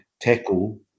tackle